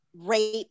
rape